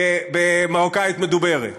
במרוקאית מדוברת.